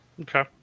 Okay